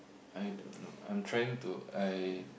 I don't know I'm trying to I